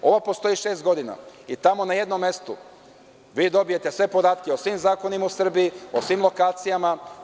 Ovo postoji šest godina i tamo na jednom mestu vi dobijete sve podatke o svim zakonima u Srbiji o svim lokacijama.